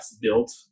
built